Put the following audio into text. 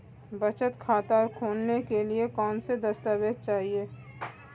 बचत खाता खोलने के लिए कौनसे दस्तावेज़ चाहिए?